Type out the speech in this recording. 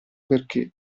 perché